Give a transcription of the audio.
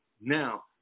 now